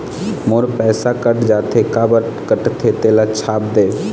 मोर पैसा कट जाथे काबर कटथे तेला छाप देव?